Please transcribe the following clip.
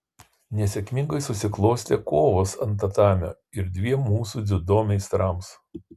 nesėkmingai susiklostė kovos ant tatamio ir dviem mūsų dziudo meistrams